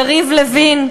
יריב לוין,